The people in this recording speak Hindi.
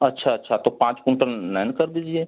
अच्छा अच्छा तो पाँच कुन्टल नयन कर दीजिए